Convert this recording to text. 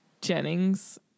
Jennings